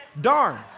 darn